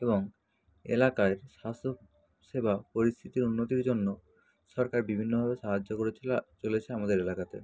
এবং এলাকার স্বাস্থ্য সেবা পরিস্থিতির উন্নতির জন্য সরকার বিভিন্নভাবে সাহায্য করে চলা চলেছে আমাদের এলাকাতে